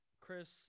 Chris